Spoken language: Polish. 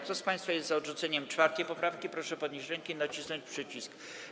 Kto z państwa jest za odrzuceniem 4. poprawki, proszę podnieść rękę i nacisnąć przycisk.